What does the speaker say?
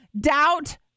doubt